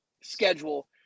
schedule